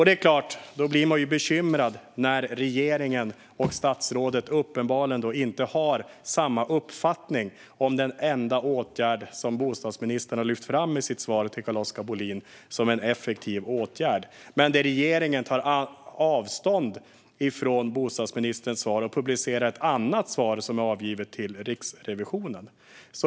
Det är klart att man då blir bekymrad när regeringen och statsrådet uppenbarligen inte har samma uppfattning om den enda åtgärd som bostadsministern har lyft fram i sitt svar till Carl-Oskar Bohlin som en effektiv åtgärd. Regeringen tar ju avstånd från bostadsministerns svar och publicerar ett annat svar som är avgivet till Riksrevisionen.